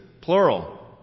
plural